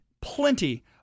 plenty